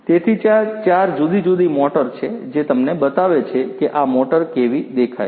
તેથી ત્યાં ચાર જુદી જુદી મોટર છે જે તમને બતાવે છે કે આ મોટર કેવી દેખાય છે